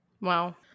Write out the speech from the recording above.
Wow